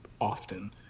often